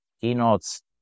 keynotes